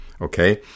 Okay